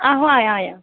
आहो आया आया